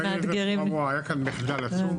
היה כאן מחדל עצום.